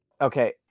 Okay